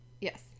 Yes